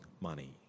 money